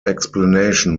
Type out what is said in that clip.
explanation